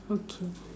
okay